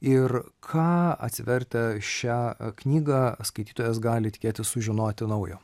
ir ką atsivertę šią knygą skaitytojas gali tikėtis sužinoti naujo